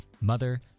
mother